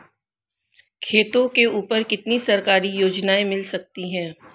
खेतों के ऊपर कितनी सरकारी योजनाएं मिल सकती हैं?